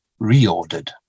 reordered